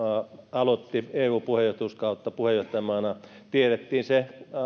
aloitti eu puheenjohtajuuskautta puheenjohtajamaana tiedettiin se